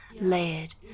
layered